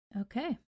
Okay